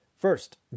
First